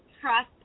trust